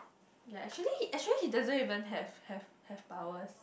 yea actually actually he doesn't even have have have powers